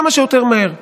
כמה שיותר מהר.